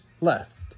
left